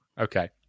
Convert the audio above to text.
Okay